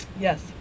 Yes